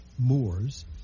Moors